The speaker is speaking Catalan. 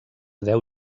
deu